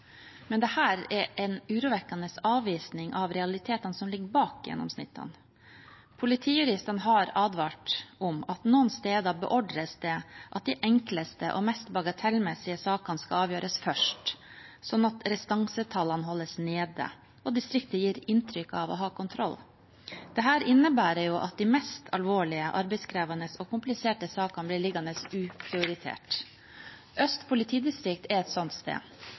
Men dette er en urovekkende avvisning av realitetene som ligger bak gjennomsnittene. Politijuristene har advart om at noen steder beordres det at de enkleste og mest bagatellmessige sakene skal avgjøres først, slik at restansetallene holdes nede og distriktet gir inntrykk av å ha kontroll. Dette innebærer at de mest alvorlige, arbeidskrevende og kompliserte sakene blir liggende uprioritert. Øst politidistrikt er et slikt sted.